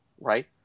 right